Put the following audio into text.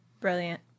Brilliant